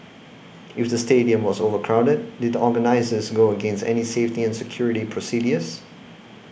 if the stadium was overcrowded did the organisers go against any safety and security procedures